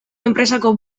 enpresako